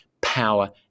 power